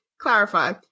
clarify